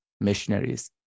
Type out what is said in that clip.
missionaries